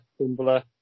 Tumblr